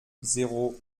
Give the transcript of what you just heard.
zéro